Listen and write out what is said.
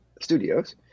studios